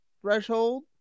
threshold